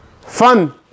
Fun